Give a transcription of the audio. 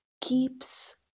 keeps